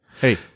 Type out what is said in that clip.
Hey